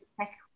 check